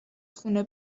خونه